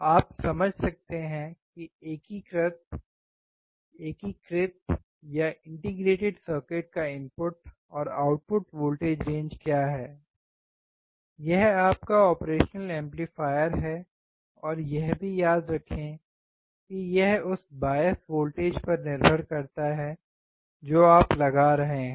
आप समझ सकते हैं कि एकीकृत सर्किट का इनपुट और आउटपुट वोल्टेज रेंज क्या है यह आपका ऑपरेशनल एम्पलीफायर है और यह भी याद रखें कि यह उस बायस वोल्टेज पर निर्भर करता है जो आप लगा रहे हैं